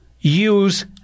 use